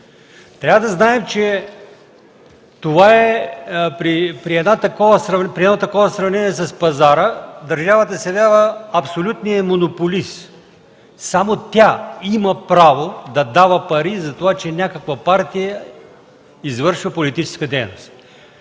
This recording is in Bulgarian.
Трябва да знаем, че при едно такова сравнение с пазара държавата се явява абсолютният монополист. Само тя има право да дава пари затова че някаква партия извършва политическа дейност.